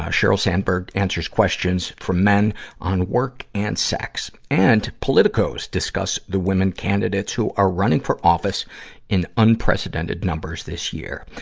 ah sheryl sandberg answers questions from men on work and sex. and, politicos discuss the women candidates who are running for office in unprecedented numbers this year.